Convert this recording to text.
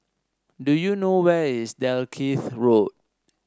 do you know where is Dalkeith Road